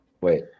wait